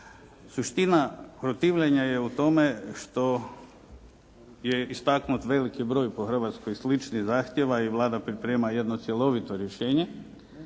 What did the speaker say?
Suština protivljenja je u tome što je istaknut veliki broj po Hrvatskoj sličnih zahtjeva i Vlada priprema jedno cjelovito rješenje,